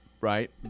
right